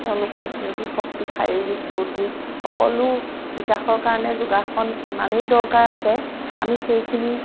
তেওঁলোকৰ স্মৃতিশক্তি শাৰীৰিক বৌদ্ধিক সকলো বিকাশৰ কাৰণে যোগাসন ইমানেই দৰকাৰ আছে আমি সেইখিনি